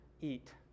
eat